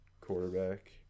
quarterback